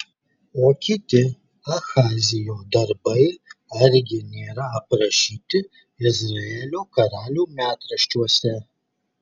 o kiti ahazijo darbai argi nėra aprašyti izraelio karalių metraščiuose